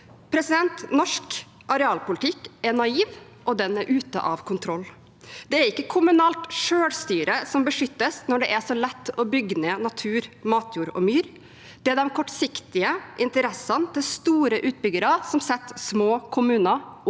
produseres. Norsk arealpolitikk er naiv, og den er ute av kontroll. Det er ikke kommunalt selvstyre som beskyttes når det er så lett å bygge ned natur, matjord og myr. Det er de kortsiktige interessene til store utbyggere som setter små kommuner opp